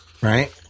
right